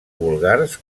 vulgars